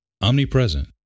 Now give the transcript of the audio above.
Omnipresent